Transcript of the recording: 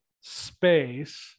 space